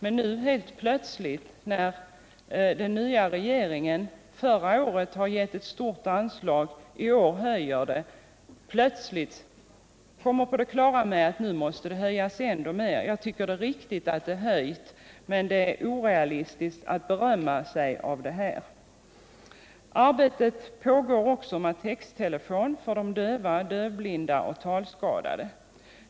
Förra året gav emellertid den nya regeringen ett stort anslag, och nu vill socialdemokraterna helt plötsligt höja detta anslag ännu mer än vad regeringen föreslår. Det är viktigt att anslaget höjs, men det är felaktigt att socialdemokraterna berömmer sig för det. Arbete pågår också med texttelefon för döva, dövblinda och talskadade.